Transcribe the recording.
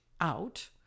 out